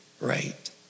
right